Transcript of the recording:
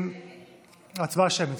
שמית?